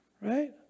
right